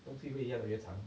东西会越来越惨 ah